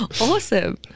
Awesome